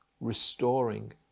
restoring